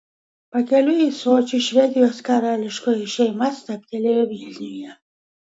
pakeliui į sočį švedijos karališkoji šeima stabtelėjo vilniuje